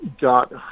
got